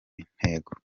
intego